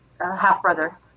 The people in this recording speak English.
half-brother